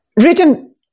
Written